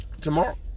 tomorrow